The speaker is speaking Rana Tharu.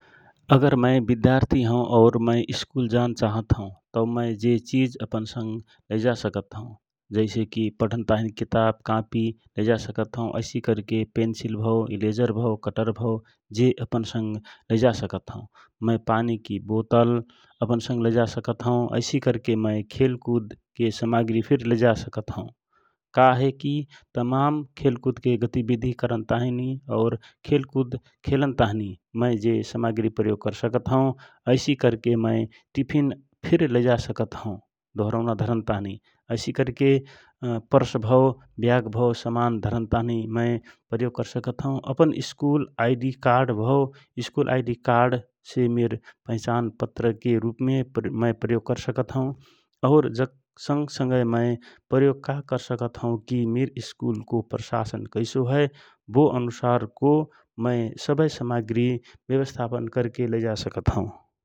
अगर मय विद्यार्थी हौ और मय स्कुल जान चाहत हौ तव मय जे चिज अपन संग लैजा सकत हौ । जसे कि पढन ताँहि किताव, कापि लौजा सकत हौ ऐसी करके पेन्सील भव इलेजर भव कटर भव जे अपन संग लैजा सकत हौ मय पानी कि बोटल अपन संग लैजा हौ ऐसी करके मय खेल कुदके समाग्रि फिर लैजा सकत हौ । का हे कि तमाम खेलकुदके गति विधि करन ताँहि और खेल कुद खेलन ताँहि मय जे समाग्रि प्रयोग कर सकत हौ । ऐसी करके मय टिफिन फिर लैजा सकत हौ दोहोरौना धरन ताँहि ऐसी करके प्रस भव व्याग भव समान धनर ताँहि मय प्रयोग करसकत हौ । अपन स्कुल आइ डि कार्ड भव स्कुल आइ डि कार्ड से मिर पहिचान पत्रके रूपमे मय प्रयोग करसकत हौ । और जक संग संगय मय प्रयोग का करसकत हौ कि मिर स्कुलको प्रशासन कैसो हए बो अनुसारको मय सबय समाग्रि व्यवस्थापन करके लैजा सकत हौ ।